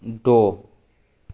द'